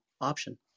option